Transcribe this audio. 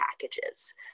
packages